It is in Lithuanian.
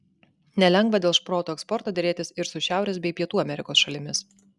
nelengva dėl šprotų eksporto derėtis ir su šiaurės bei pietų amerikos šalimis